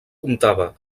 comptava